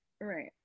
right